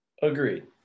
agreed